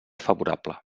favorable